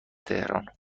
تهران